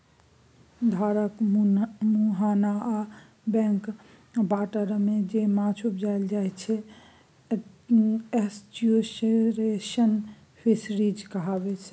धारक मुहाना आ बैक बाटरमे जे माछ उपजाएल जाइ छै एस्च्युरीज फिशरीज कहाइ छै